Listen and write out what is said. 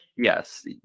Yes